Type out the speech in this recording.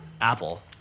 apple